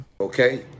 Okay